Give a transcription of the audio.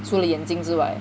除了眼睛之外